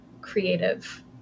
creative